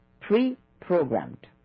pre-programmed